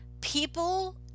People